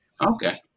Okay